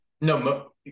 no